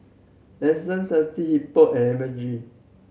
Lexus Thirsty Hippo and M A G